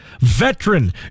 veteran